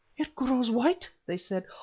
it grows white, they said.